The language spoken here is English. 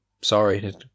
sorry